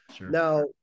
Now